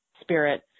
spirit